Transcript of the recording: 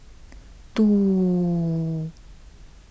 two